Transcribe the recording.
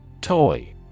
Toy